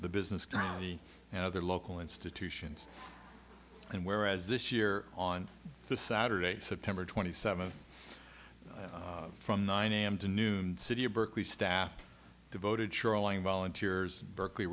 the business county and other local institutions and whereas this year on the saturday september twenty seventh from nine a m to noon city of berkeley staff devoted shoreline volunteers berkeley